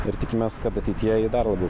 ir tikimės kad ateityje jį dar labiau